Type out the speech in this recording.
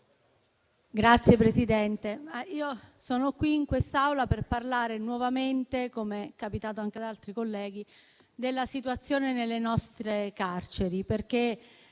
Signor Presidente, sono qui in quest'Aula per parlare nuovamente - come è capitato anche ad altri colleghi - della situazione nelle nostre carceri.